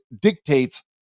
dictates